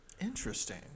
Interesting